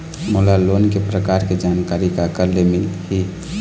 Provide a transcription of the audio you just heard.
मोला लोन के प्रकार के जानकारी काकर ले मिल ही?